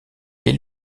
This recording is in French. les